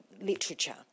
literature